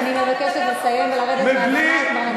אני מבקשת לסיים ולרדת מהבמה.